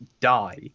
die